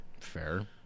Fair